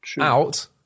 out